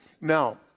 Now